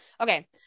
Okay